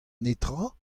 netra